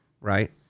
right